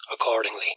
accordingly